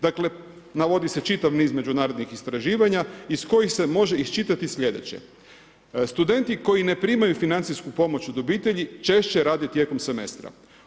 Dakle, navodi se čitav niz međunarodnih istraživanja, iz kojih se može iščitati sljedeće, studenti, koji ne primaju financijsku pomoć od obitelji, češće rade tijekom semestra.